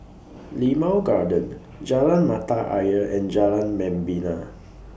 Limau Garden Jalan Mata Ayer and Jalan Membina